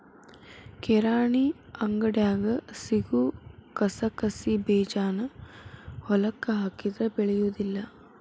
ಕಿರಾಣಿ ಅಂಗಡ್ಯಾಗ ಸಿಗು ಕಸಕಸಿಬೇಜಾನ ಹೊಲಕ್ಕ ಹಾಕಿದ್ರ ಬೆಳಿಯುದಿಲ್ಲಾ